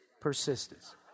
persistence